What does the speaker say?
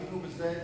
ראינו בזה